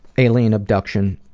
alien abduction,